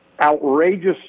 outrageous